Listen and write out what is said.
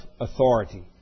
authority